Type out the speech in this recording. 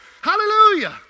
Hallelujah